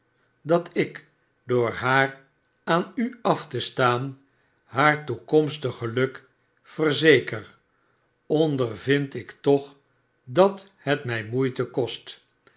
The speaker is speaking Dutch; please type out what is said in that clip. dat ik door haar aan u af te staan haar toekomstig geluk verzeker ondervind ik toch dat het mij moeite kost